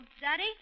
Daddy